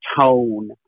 tone